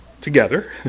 together